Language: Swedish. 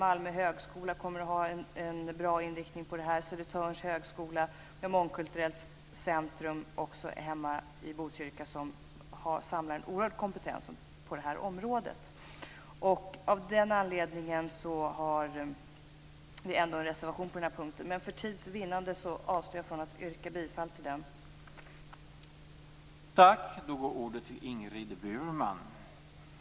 Malmö högskola kommer att ha en bra inriktning på detta. Södertörns högskola och Mångkulturellt centrum hemma i Botkyrka samlar också en oerhört stor kompetens på detta område. Av den anledningen har vi en reservation på denna punkt. För tids vinnande avstår jag dock från att yrka bifall till vår reservation.